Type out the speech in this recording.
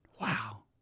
Wow